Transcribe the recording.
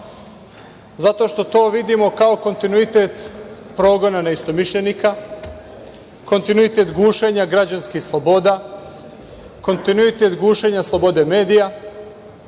zato što to vidimo kao kontinuitet progona neistomišljenika, kontinuitet gušenja građanskih sloboda, kontinuitet gušenja slobode medija,